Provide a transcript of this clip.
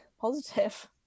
positive